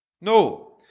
No